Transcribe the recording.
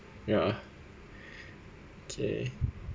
ya okay